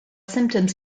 symptoms